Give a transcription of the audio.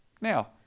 Now